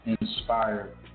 inspired